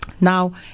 Now